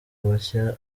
bashya